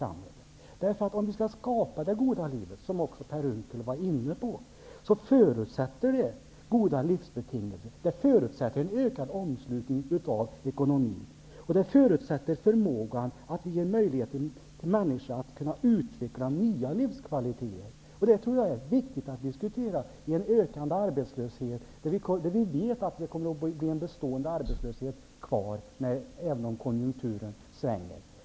Om vi skall kunna skapa det goda livet, goda livsbetingelser, -- som Per Unckel också var inne på -- förutsätter det en ökad omslutning av ekonomi. Det förutsätter också att vi ger människor möjligheten att kunna utveckla nya livskvaliteter. Jag tror att det är viktigt att diskutera detta i en situation där vi vet att det kommer att bli en bestående arbetslöshet även om konjunkturen svänger.